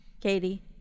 Katie